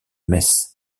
metz